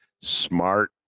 smart